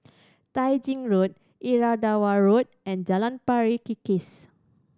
Tai Gin Road Irrawaddy Road and Jalan Pari Kikis